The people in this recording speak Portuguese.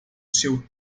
seu